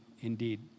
indeed